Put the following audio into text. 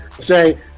say